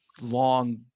long